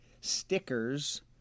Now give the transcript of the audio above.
stickers –